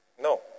No